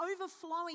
overflowing